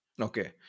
Okay